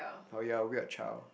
oh you're a weird child